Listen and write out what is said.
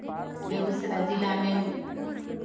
बेगूसराय जिला में